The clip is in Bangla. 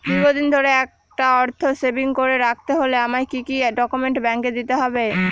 দীর্ঘদিন ধরে একটা অর্থ সেভিংস করে রাখতে হলে আমায় কি কি ডক্যুমেন্ট ব্যাংকে দিতে হবে?